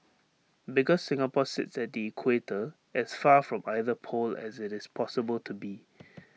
because Singapore sits at the equator as far from either pole as IT is possible to be